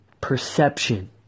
perception